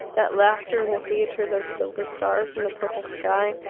that laughter in the theatre, those silver stars in the purple sky,